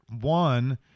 one